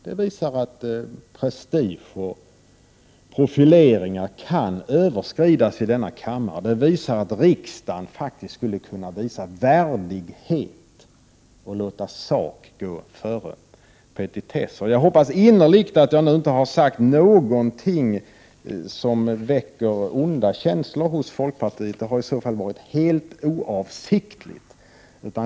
Det visar nämligen att prestige och profileringar kan överskridas i denna kammare. Riksdagen skulle faktiskt kunna visa värdighet och låta sak gå före petitesser. Jag hoppas innerligt att jag nu inte har sagt någonting som väcker onda känslor hos folkpartiet. Det har i så fall varit helt oavsiktligt.